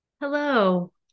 Hello